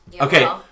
Okay